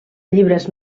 llibres